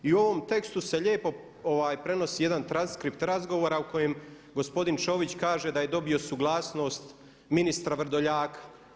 I u ovom tekstu se lijepo prenosi jedan transkript razgovora u kojem gospodin Ćović kaže da je dobio suglasnost ministra Vrdoljaka.